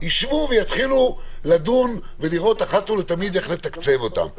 יתחילו לדון ולראות איך לתקצב אותם אחת ולתמיד.